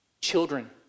Children